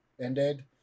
ended